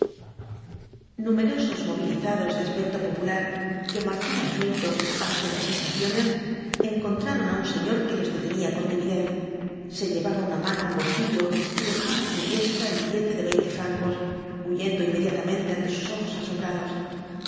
numerosos movilizados de aspecto popular que marchaban sueltos hacia las estaciones encontraron á un señor que los detenía con timidez se llevaba una mano á un bolsillo y dejaba en su diestra el billete de veinte francos huyendo inmediatamente ante sus ojos asombrados